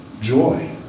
Joy